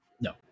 No